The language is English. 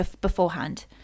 beforehand